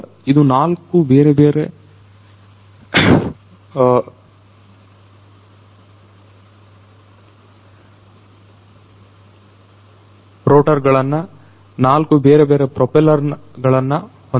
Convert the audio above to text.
ಇದು ನಾಲ್ಕು ಬೇರೆ ಬೇರೆ ರೋಟರ್ ಗಳನ್ನು ನಾಲ್ಕು ಬೇರೆ ಬೇರೆ ಪ್ರೋಪೆಲ್ಲರ್ ನನ್ನ ಗಳನ್ನು ಹೊಂದಿದೆ